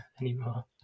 anymore